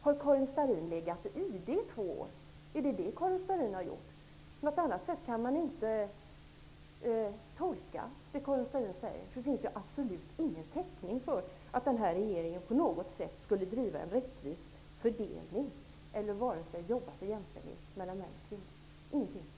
Har Karin Starrin legat i ide i två år? På något annat sätt kan jag inte tolka det som Karin Starrin säger. Det finns absolut ingen täckning för att den här regeringen på något sätt skulle driva en rättvis fördelningspolitik eller jobba för jämställdhet mellan män och kvinnor.